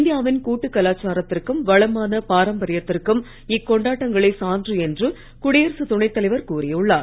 இந்தியாவின் கூட்டு கலாச்சாரத்திற்கும் வளமான பாரம்பரியத்திற்கும் இக்கொண்டாட்டங்களே சான்று என்று குடியரசுத் துணை தலைவர் கூறியுள்ளார்